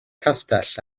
castell